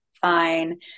fine